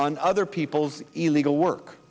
on other people's illegal work